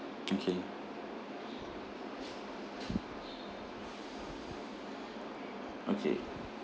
okay okay